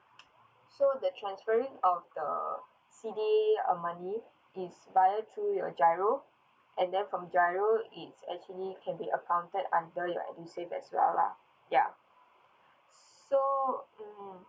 so the transferring of the C_D_A uh money is via through your GIRO and then from GIRO it's actually can be accounted under your edusave as well lah ya so mm